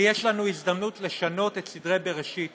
ויש לנו הזדמנות לשנות את סדרי בראשית